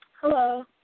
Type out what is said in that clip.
Hello